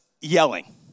yelling